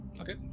Okay